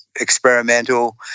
experimental